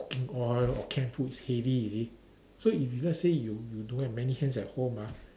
cooking oil or canned food it's heavy you see so if you let's say you you don't have many hands at home ah